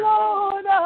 Lord